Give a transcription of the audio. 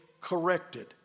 corrected